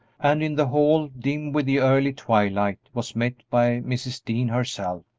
and in the hall, dim with the early twilight, was met by mrs. dean herself.